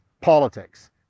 politics